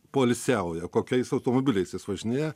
poilsiauja kokiais automobiliais jis važinėja